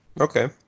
Okay